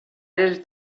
els